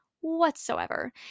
whatsoever